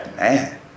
man